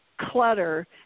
clutter